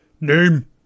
Name